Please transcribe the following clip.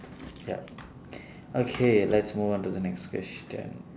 yup okay let's move on to the next question